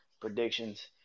predictions